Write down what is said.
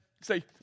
say